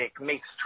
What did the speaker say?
makes